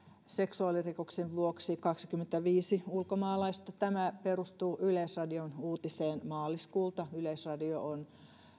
seksuaalirikoksen vuoksi kaksikymmentäviisi ulkomaalaista tämä perustuu yleisradion uutiseen maaliskuulta yleisradio on